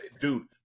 dude